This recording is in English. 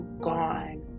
gone